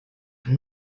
wann